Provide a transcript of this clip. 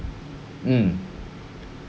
mm